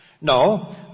No